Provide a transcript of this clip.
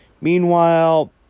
Meanwhile